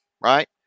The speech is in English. right